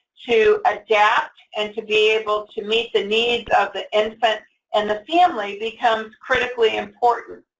to adapt and to be able to meet the needs of the infant and the family becomes critically important.